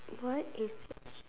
what is that